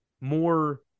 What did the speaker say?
more